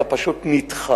אלא הוא פשוט נדחה.